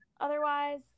Otherwise